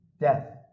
death